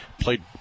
played